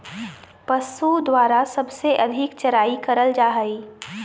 पशु के द्वारा सबसे अधिक चराई करल जा हई